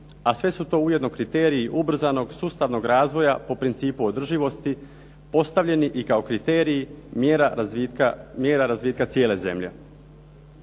a sve su to ujedno kriteriji ubrzanog sustavnog razvoja po principu održivosti postavljeni i kao kriteriji mjera razvitka cijele zemlje.